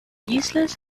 useless